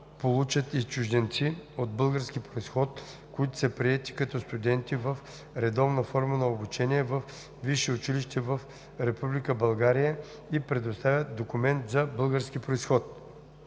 получат и чужденците от български произход, които са приети като студенти в редовна форма на обучение във висше училище в Република България и представят документ за български произход.“